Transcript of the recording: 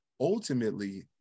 ultimately